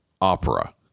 opera